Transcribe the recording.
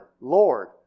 Lord